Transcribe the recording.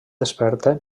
desperta